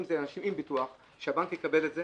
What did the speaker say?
מדובר באנשים עם ביטוח שהבנק יקבל את זה